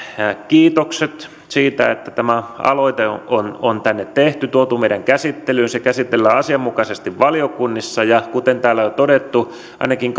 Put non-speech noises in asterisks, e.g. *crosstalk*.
kiitokset siitä että tämä aloite on on tänne tehty ja tuotu meidän käsittelyyn se käsitellään asianmukaisesti valiokunnissa ja kuten täällä on jo todettu ainakin *unintelligible*